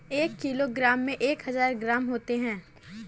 एक किलोग्राम में एक हजार ग्राम होते हैं